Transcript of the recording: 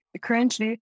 currently